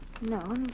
No